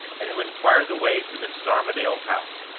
and who inquired the way to mrs. armadale's house.